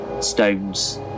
stones